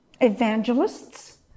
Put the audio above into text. evangelists